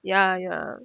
ya ya